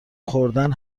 خوردن